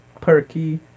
Perky